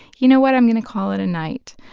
you know what? i'm going to call it a night.